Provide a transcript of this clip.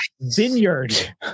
vineyard